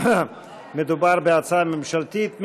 מדובר בהצעה ממשלתית.